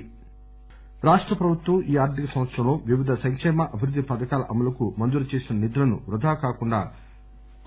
శంకర్ కరీంనగర్ రాష్ట ప్రభుత్వం ఈ ఆర్దిక సంవత్సరంలో వివిధ సంకేమ అభివృద్ది పథకాల అమలుకు మంజురు చేసిన నిధులను వృధా కాకుండ